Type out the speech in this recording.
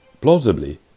Plausibly